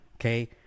okay